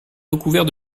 recouvert